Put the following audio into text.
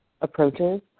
approaches